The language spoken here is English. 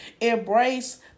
Embrace